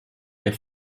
der